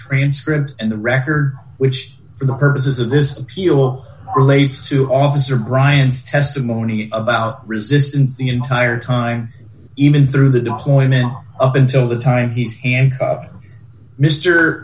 transcript and the record which for the purposes of this appeal relates to officer bryant's testimony about resistance the entire time even through the deployment up until the time he